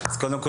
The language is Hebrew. קודם כל,